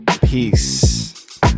Peace